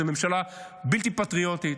אתם ממשלה בלתי פטריוטית,